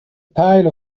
pile